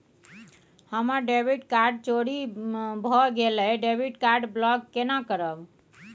हमर debit card चोरी भगेलै डेबिट कार्ड ब्लॉक केना करब?